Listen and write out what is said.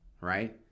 right